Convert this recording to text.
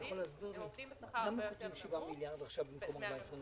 הם עובדים בשכר הרבה יותר נמוך מהממוצע,